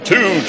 Two